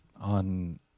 on